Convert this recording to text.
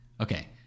okay